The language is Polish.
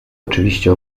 oczywiście